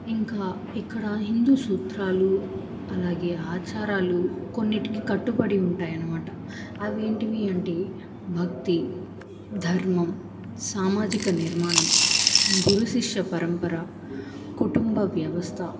ఇంకా ఇక్కడ హిందూ సూత్రాలు అలాగే ఆచారాలు కొన్నిటికి కట్టుబడి ఉంటాయి అన్నమాట అవి ఏమిటి అంటే భక్తి ధర్మం సామాజిక నిర్మాణం గురుశిష్య పరంపరా కుటుంబ వ్యవస్థ